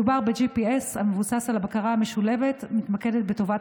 מדובר ב-GPS המבוסס על בקרה משולבת המתמקדת בטובת